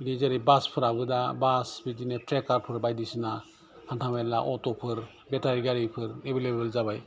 बिदि जेरै बासफ्राबो दा बास बिदिनो ट्रेकारफोर बायदि सिना हान्था मेला अटफोर बेटारि गारिफोर एबेल एबेल जाबाय